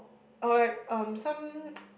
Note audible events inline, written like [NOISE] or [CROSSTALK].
or like um some [NOISE]